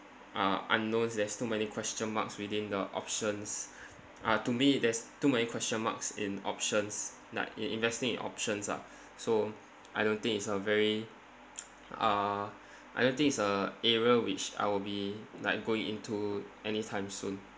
uh unknowns there's too many question marks within the options ah to me there's too many question marks in options like in investing in options lah so I don't think it's a very uh I don't think it's a area which I will be like going into anytime soon